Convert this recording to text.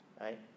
right